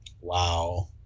Wow